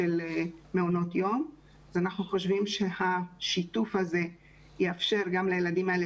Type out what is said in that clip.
מעונות היום ואנחנו חושבים שהשיתוף הזה יאפשר גם לילדים האלה,